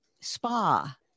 spa